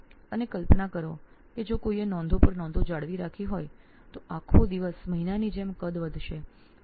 અને કલ્પના કરો કે જો કોઈએ ઘણી બધી નોંધો સાચવી રાખવાની હોય તો આખો દિવસ મહિનાની જેમ કદ વધતું જશે